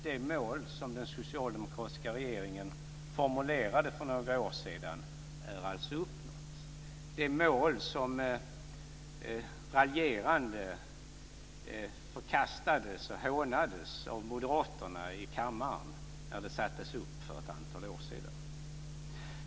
Det mål som den socialdemokratiska regeringen formulerade för några år sedan är alltså uppnått, det mål som, när det sattes upp, raljerande förkastades och förhånades av moderaterna i kammaren.